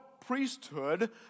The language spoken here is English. priesthood